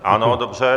Ano, dobře.